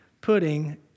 putting